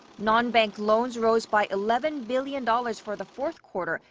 non-bank loans rose by eleven billion dollars for the fourth quarter,